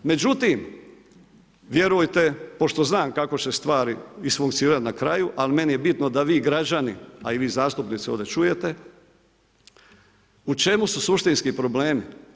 Međutim, vjerujte pošto znam kako će stvari isfunkcionirati na kraju, ali meni je bitno da vi građani, a i vi zastupnici ovdje čujete u čemu su suštinski problemi.